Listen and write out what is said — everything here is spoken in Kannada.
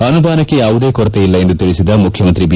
ಅನುದಾನಕ್ಷೆ ಯಾವುದೇ ಕೊರತೆ ಇಲ್ಲ ಎಂದು ತಿಳಿಸಿದ ಮುಖ್ಯಮಂತ್ರಿ ದಿ